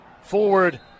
Forward